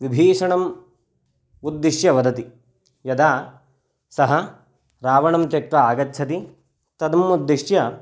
विभीषणम् उद्दिश्य वदति यदा सः रावणं त्यक्त्वा आगच्छति तद्म् उद्दिश्य